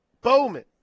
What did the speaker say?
Bowman